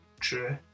True